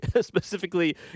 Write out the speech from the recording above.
specifically